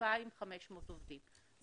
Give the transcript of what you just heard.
כ-2,500 עובדים,